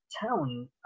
town